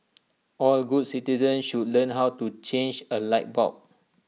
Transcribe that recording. all good citizens should learn how to change A light bulb